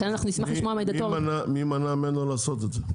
מי מנע ממנו לעשות את זה?